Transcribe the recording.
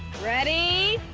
ready.